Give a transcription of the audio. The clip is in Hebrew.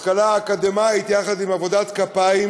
השכלה אקדמית יחד עם עבודת כפיים,